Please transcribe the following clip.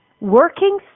Working